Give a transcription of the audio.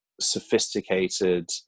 sophisticated